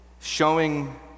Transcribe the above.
showing